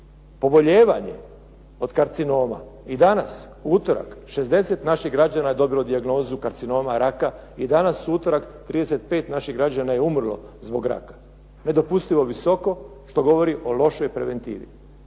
pobolijevanje od karcinoma i danas, u utorak, 60 naših građana je dobilo dijagnozu karcinoma raka i danas u utorak 35 naših građana je umrlo zbog raka. Nedopustivo visoko što govori o lošoj preventivi.